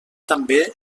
també